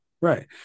right